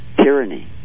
tyranny